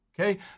Okay